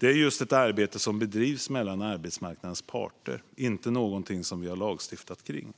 är just ett arbete som bedrivs mellan arbetsmarknadens parter och inte någonting som vi har lagstiftat om.